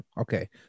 okay